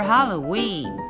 Halloween